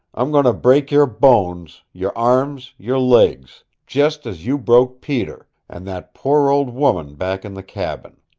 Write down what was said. i'm going to break your bones, your arms, your legs, just as you broke peter and that poor old woman back in the cabin.